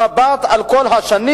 במבט על כל השנים,